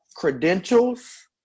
credentials